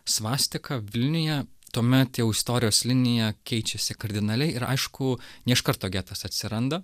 svastika vilniuje tuomet jau istorijos linija keičiasi kardinaliai ir aišku ne iš karto getas atsiranda